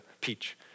peach